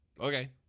okay